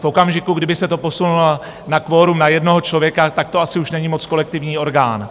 V okamžiku, kdyby se to posunulo na kvorum na jednoho člověka, tak to asi už není moc kolektivní orgán.